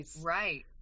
Right